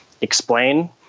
explain